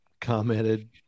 commented